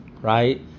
right